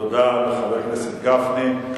תודה לחבר הכנסת גפני.